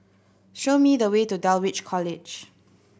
show me the way to Dulwich College